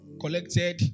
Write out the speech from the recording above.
collected